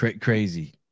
Crazy